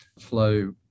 flow